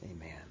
Amen